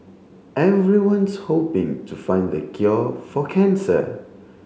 everyone's hoping to find the cure for cancer